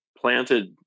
planted